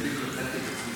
אדוני יושב-ראש הישיבה,